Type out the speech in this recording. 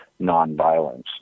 nonviolence